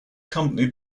company